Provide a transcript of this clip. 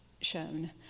shown